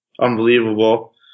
unbelievable